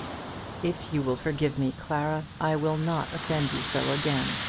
if you will forgive me, clara, i will not offend you so again,